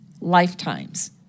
lifetimes